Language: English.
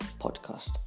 Podcast